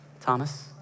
Thomas